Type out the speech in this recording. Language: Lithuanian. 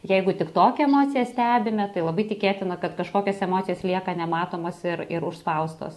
jeigu tik tokią emociją stebime tai labai tikėtina kad kažkokios emocijos lieka nematomos ir ir užspaustos